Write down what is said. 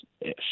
ish